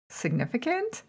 significant